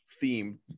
theme